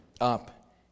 up